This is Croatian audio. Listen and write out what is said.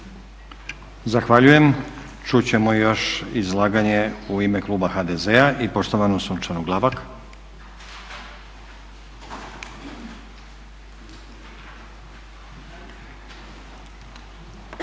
Zahvaljujem. Čuti ćemo još izlaganje u ime Kluba HDZ-a i poštovanu Sunčanu Glavak.